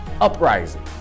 uprising